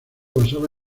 basaba